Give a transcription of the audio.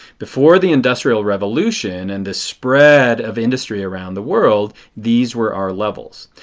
before the industrial revolution and the spread of industry around the world, these were our levels.